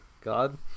God